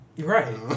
right